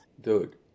Dude